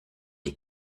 die